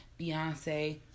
Beyonce